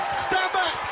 stand back!